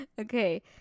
Okay